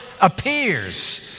appears